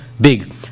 big